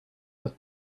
put